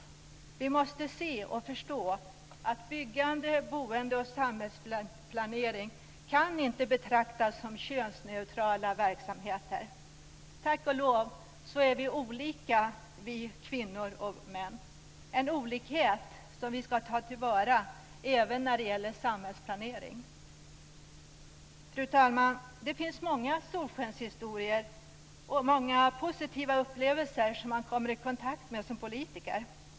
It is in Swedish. Vi måste också se och förstå att byggande, boende och samhällsplanering inte kan betraktas som könsneutrala verksamheter. Tack och lov är vi olika, vi kvinnor och män. Det är en olikhet som vi ska ta till vara även när det gäller samhällsplanering. Fru talman! Det finns många solskenshistorier och många positiva upplevelser som man kommer i kontakt med som politiker.